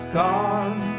gone